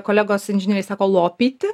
kolegos inžinieriai sako lopyti